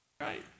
Right